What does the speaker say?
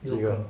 几个